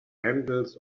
handles